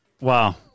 Wow